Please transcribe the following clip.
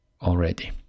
already